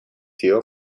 deal